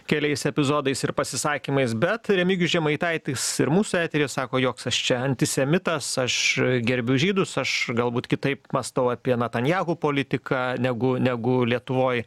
keliais epizodais ir pasisakymais bet remigijus žemaitaitis ir mūsų eteryje sako joks aš čia antisemitas aš gerbiu žydus aš galbūt kitaip mąstau apie netanjahu politiką negu negu lietuvoj